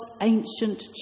ancient